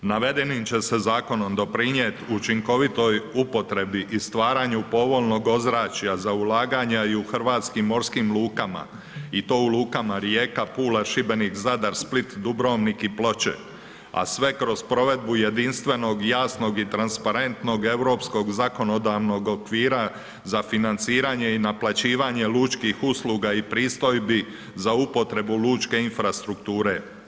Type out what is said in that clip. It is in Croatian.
Navedenim će se zakonom doprinijeti učinkovitoj upotrebi i stvaranju povoljnog ozračja za ulaganja i u hrvatskim morskim lukama, i to u lukama Rijeka, Pula, Šibenik, Zadar, Split, Dubrovnik i Ploče a sve kroz provedbu jedinstvenog, jasnog i transparentnog europskog zakonodavnog okvira za financiranje i naplaćivanje lučkih usluga i pristojbi za upotrebu lučke infrastrukture.